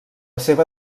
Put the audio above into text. seva